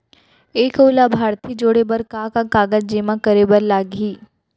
एक अऊ लाभार्थी जोड़े बर का का कागज जेमा करे बर लागही?